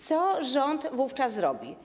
Co rząd wówczas zrobi?